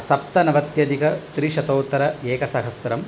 सप्तनवत्यधिक त्रिशतोत्तरेकसहस्रम्